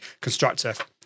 constructive